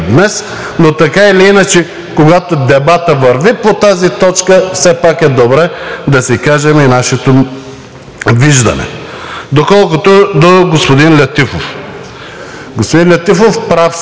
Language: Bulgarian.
но така или иначе, когато дебатът върви по тази точка, все пак е добре да си кажем и нашето виждане. Колкото до господин Летифов. Господин Летифов, прав сте,